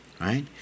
right